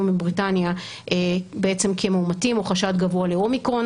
מבריטניה כמאומתים או חשד גבוה לאומיקרון.